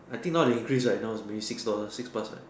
I think now they increase right now is maybe six dollar six plus right